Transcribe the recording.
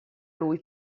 lui